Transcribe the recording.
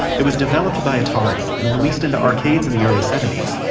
it was developed by atari and released into arcades in the early seventy s.